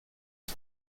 det